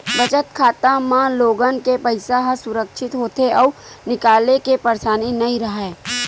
बचत खाता म लोगन के पइसा ह सुरक्छित होथे अउ निकाले के परसानी नइ राहय